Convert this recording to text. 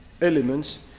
elements